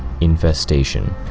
infestation